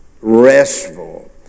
restful